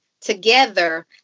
together